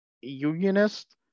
unionist